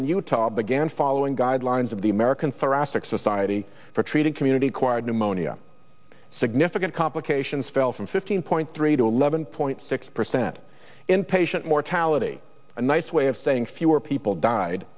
in utah began following guidelines of the american thoracic society for treating community acquired pneumonia significant complications fell from fifteen point three to eleven point six percent in patient mortality a nice way of saying fewer people died